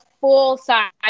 full-size